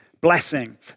blessing